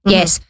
Yes